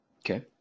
Okay